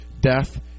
death